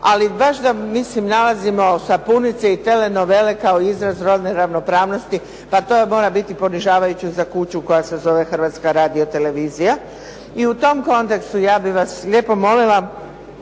ali baš da mislim nalazimo sapunice i tele novele kao izraz rodne ravnopravnosti pa to mora biti ponižavajuće za kuću koja se zove Hrvatska radio-televizija. I u tom kontekstu ja bih vas lijepo molila